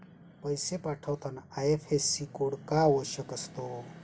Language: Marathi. पैसे पाठवताना आय.एफ.एस.सी कोड का आवश्यक असतो?